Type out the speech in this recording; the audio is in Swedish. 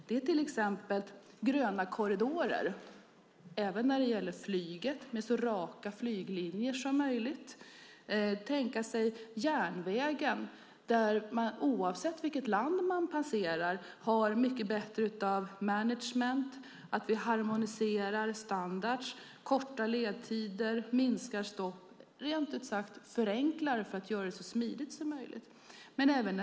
Det är till exempel gröna korridorer även när det gäller flyget, med så raka flyglinjer som möjligt. Man kan tänka sig järnvägen där man - oavsett vilket land man passerar - har mycket bättre management, att vi harmoniserar standarder, har korta ledtider och minskar stoppen, rent ut sagt förenklar för att göra det så smidigt som möjligt.